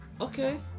Okay